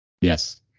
Yes